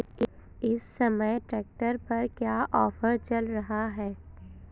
इस समय ट्रैक्टर पर क्या ऑफर चल रहा है?